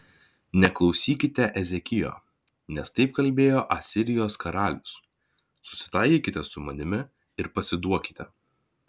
neklausykite ezekijo nes taip kalbėjo asirijos karalius susitaikykite su manimi ir pasiduokite